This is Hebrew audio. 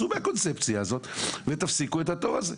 צאו מהקונספציה הזאת ותפסיקו את התור הזה.